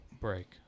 break